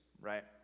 right